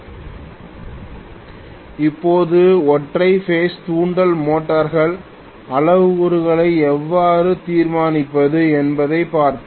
slide நேரம் 2824 ஐப் பார்க்கவும் இப்போது ஒற்றை பேஸ் தூண்டல் மோட்டார்கள் அளவுருக்களை எவ்வாறு தீர்மானிப்பது என்பதைப் பார்ப்போம்